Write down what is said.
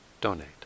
donate